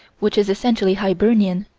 which is essentially hibernian,